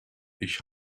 ich